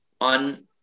On